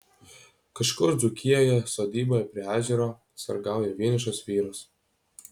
kažkur dzūkijoje sodyboje prie ežero sargauja vienišas vyras